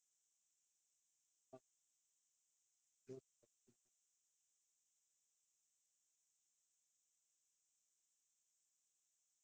err most probably